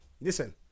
listen